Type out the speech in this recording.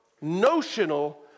notional